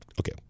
okay